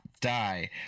die